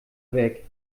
weg